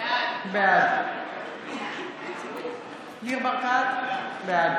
בעד ניר ברקת, בעד